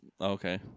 Okay